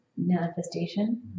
manifestation